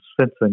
sensing